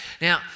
Now